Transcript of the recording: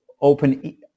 open